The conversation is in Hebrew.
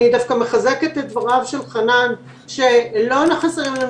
אני דווקא מחזקת את דבריו של חנן שלא חסרים לנו